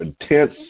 intense